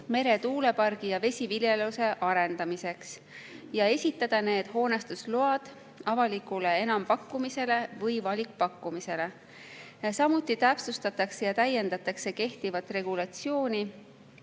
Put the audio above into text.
meretuulepargi ja vesiviljeluse arendamiseks ning esitada need hoonestusload avalikule enampakkumisele või valikpakkumisele. Samuti täpsustatakse ja täiendatakse kehtivat regulatsiooni